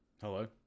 Hello